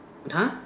huh